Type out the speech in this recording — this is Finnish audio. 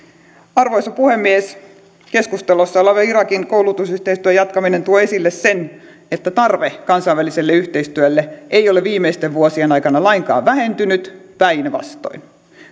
arvoisa puhemies keskustelussa oleva irakin koulutusyhteistyön jatkaminen tuo esille sen että tarve kansainväliselle yhteistyölle ei ole viimeisten vuosien aikana lainkaan vähentynyt päinvastoin